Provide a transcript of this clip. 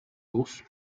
course